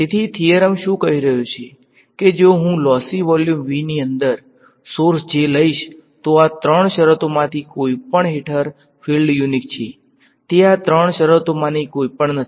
તેથી થીયરમ શું કહી રહ્યો છે કે જો હું લોસી વોલ્યુમ V ની અંદર સોર્સ J લઈશ તો આ ત્રણ શરતોમાંથી કોઈપણ હેઠળ ફીલ્ડ યુનીક છે તે આ ત્રણ શરતોમાંથી કોઈપણ નથી